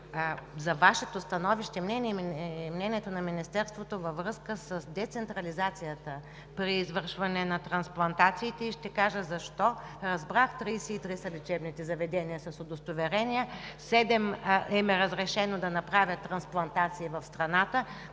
за Вашето становище и мнението на Министерството във връзка с децентрализацията при извършване на трансплантациите, и ще кажа защо. Разбрах, че 33 са лечебните заведения с удостоверения, на седем им е разрешено да направят трансплантации в страната,